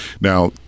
Now